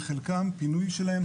בחלקם פינוי שלהם,